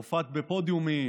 הופעת על פודיומים,